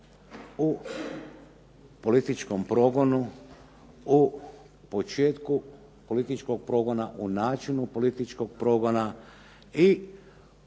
U političkom progonu, u početku političkog progona, u načinu političkog progona i